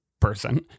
person